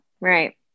right